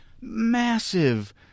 massive